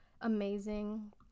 Amazing